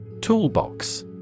Toolbox